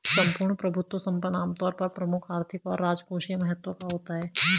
सम्पूर्ण प्रभुत्व संपन्न आमतौर पर प्रमुख आर्थिक और राजकोषीय महत्व का होता है